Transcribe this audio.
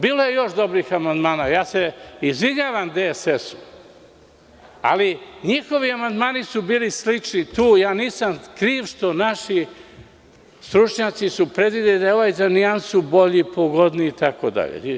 Bilo je još dobrih amandmana i izvinjavam se DSS, ali njihovi amandmani su bili sliči, a ja nisam kriv što su naši stručnjaci predvideli da je ovaj za nijansu bolji, pogodniji itd.